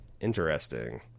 interesting